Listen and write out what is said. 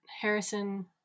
harrison